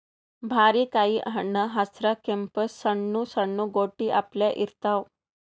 ಬಾರಿಕಾಯಿ ಹಣ್ಣ್ ಹಸ್ರ್ ಕೆಂಪ್ ಸಣ್ಣು ಸಣ್ಣು ಗೋಟಿ ಅಪ್ಲೆ ಇರ್ತವ್